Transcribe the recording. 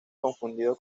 confundido